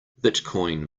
bitcoin